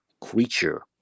creature